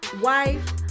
wife